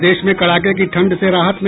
प्रदेश में कड़ाके की ठंड से राहत नहीं